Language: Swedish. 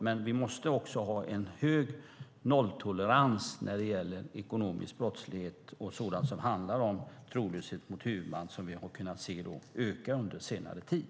Men vi måste ha en nolltolerans när det gäller ekonomisk brottslighet och sådant som handlar om trolöshet mot huvudman, som har ökat under senare tid.